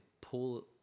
pull